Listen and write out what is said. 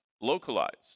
localized